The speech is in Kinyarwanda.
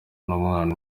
n’umwana